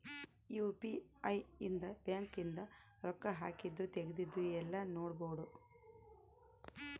UPI ಇಂದ bank ಇಂದು ರೊಕ್ಕ ಹಾಕಿದ್ದು ತೆಗ್ದಿದ್ದು ಯೆಲ್ಲ ನೋಡ್ಬೊಡು